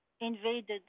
invaded